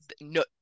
no